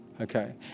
Okay